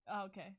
okay